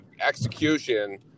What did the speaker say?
execution